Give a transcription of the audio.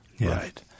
right